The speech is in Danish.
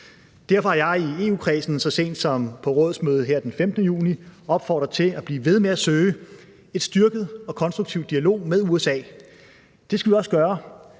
her den 15. juni opfordret til at blive ved med at søge en styrket og konstruktiv dialog med USA. Det skal vi også gøre,